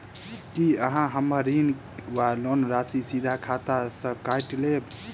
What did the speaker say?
की अहाँ हम्मर ऋण वा लोन राशि सीधा खाता सँ काटि लेबऽ?